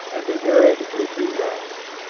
and the world will be round.